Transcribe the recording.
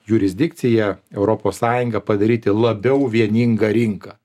jurisdikciją europos sąjungą padaryti labiau vieninga rinka